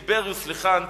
את טיבריוס לכאן,